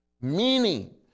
Meaning